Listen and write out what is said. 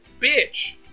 bitch